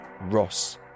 ross